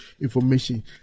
information